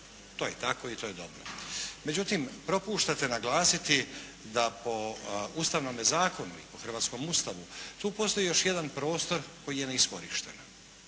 To je tako i to je dobro. Međutim, propuštate naglasiti da po Ustavnome zakonu i po hrvatskom Ustavu tu postoji još jedan prostor koji je neiskorišten.